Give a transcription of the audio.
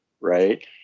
right